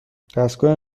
دستگاه